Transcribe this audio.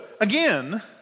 again